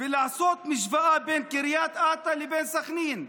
ולעשות השוואה בין קריית אתא לבין סח'נין.